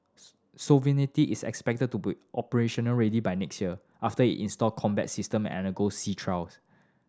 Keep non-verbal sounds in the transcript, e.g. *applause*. *unintelligible* sovereignty is expected to be operationally ready by next year after it install combat system undergoes sea trials